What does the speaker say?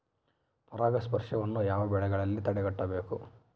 ಪರಾಗಸ್ಪರ್ಶವನ್ನು ಯಾವ ಬೆಳೆಗಳಲ್ಲಿ ತಡೆಗಟ್ಟಬೇಕು?